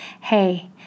hey